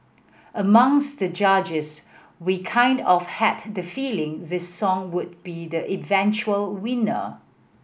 amongst the judges we kind of had the feeling this song would be the eventual winner